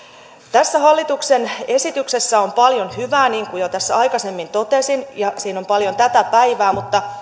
tässä hallituksen esityksessä on paljon hyvää niin kuin tässä jo aikaisemmin totesin ja siinä on paljon tätä päivää mutta